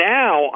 now